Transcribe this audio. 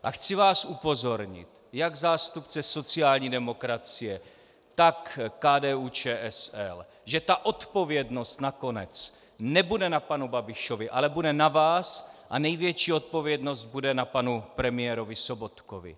A chci vás upozornit, jak zástupce sociální demokracie, tak KDUČSL, že ta odpovědnost nakonec nebude na panu Babišovi, ale bude na vás a největší odpovědnost bude na panu premiérovi Sobotkovi.